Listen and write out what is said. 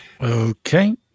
Okay